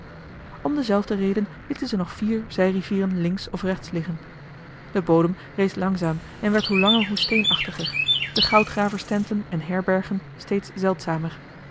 om dezelfde reden lieten ze nog vier zijrivieren links of rechts liggen de bodem rees langzaam en werd hoe langer hoe steenachtiger de goudgraverstenten en herbergen steeds zeldzamer